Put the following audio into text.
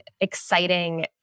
exciting